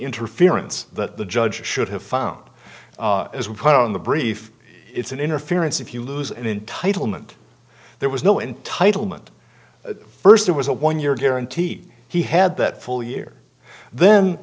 interference that the judge should have found as we put on the brief it's an interference if you lose in title meant there was no entitlement at first it was a one year guarantee he had that full year then